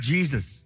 Jesus